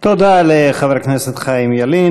תודה רבה לחבר הכנסת חיים ילין.